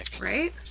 Right